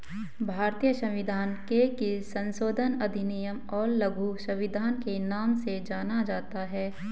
भारतीय संविधान के किस संशोधन अधिनियम को लघु संविधान के नाम से जाना जाता है?